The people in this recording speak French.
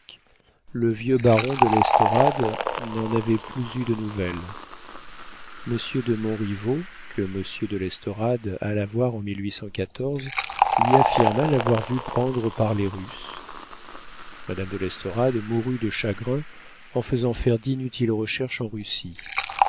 le vieux baron de l'estorade n'en avait plus eu de nouvelles monsieur de montriveau que monsieur de l'estorade alla voir en lui affirma l'avoir vu prendre par les russes madame de l'estorade mourut de chagrin en faisant faire d'inutiles recherches en russie